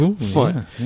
fun